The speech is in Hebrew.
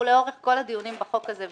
לאורך כל הדיונים בחוק הזה,